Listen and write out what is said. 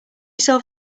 solve